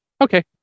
okay